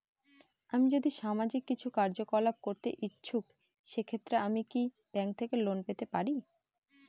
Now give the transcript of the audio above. আমি যদি সামাজিক কিছু কার্যকলাপ করতে ইচ্ছুক সেক্ষেত্রে আমি কি ব্যাংক থেকে লোন পেতে পারি?